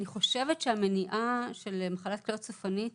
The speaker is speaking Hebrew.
אני חושבת שהמניעה של מחלת כליות סופנית